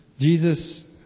Jesus